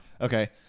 okay